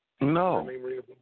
No